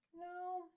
No